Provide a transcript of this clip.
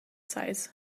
size